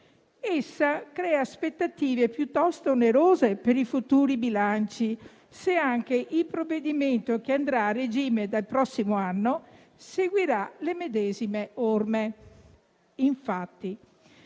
Essa crea aspettative piuttosto onerose per i futuri bilanci, se anche il provvedimento che andrà a regime dal prossimo anno seguirà le medesime orme. Infatti,